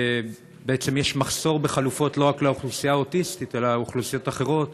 בעצם יש מחסור בחלופות לא רק לאוכלוסייה האוטיסטית אלא לאוכלוסיות אחרות